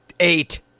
Eight